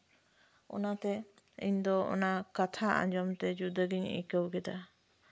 ᱚᱱᱟᱛᱮ ᱤᱧ ᱫᱚ ᱠᱟᱛᱷᱟ ᱟᱸᱡᱚᱢᱛᱮ ᱡᱩᱫᱟᱹ ᱜᱤᱧ ᱟᱹᱭᱠᱟᱹᱣ ᱠᱮᱫᱟ